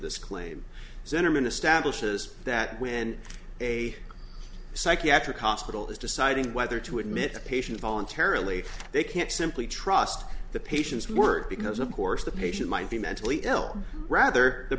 this claim sentiment establishes that when a psychiatric hospital is deciding whether to admit the patient voluntarily they can't simply trust the patient's work because of course the patient might be mentally ill rather the